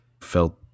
felt